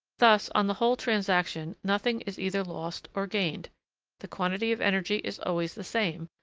thus, on the whole transaction, nothing is either lost or gained the quantity of energy is always the same,